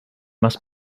must